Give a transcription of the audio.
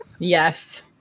Yes